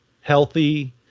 healthy